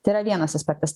tėra vienas aspektas